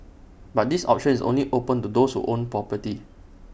but this option is only open to those who own property